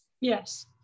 Yes